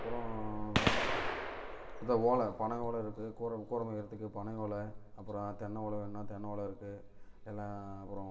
அப்புறம் வேறு இந்த ஓலை பனை ஓலை இருக்கு கூற கூற மெய்யிறத்துக்கு பனை ஓலை அப்புறம் தென்னை ஓலை வேணுன்னா தென்னை ஓலை இருக்கு எல்லாம் அப்புறம்